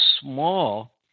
small